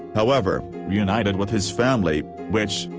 however, reunited with his family, which,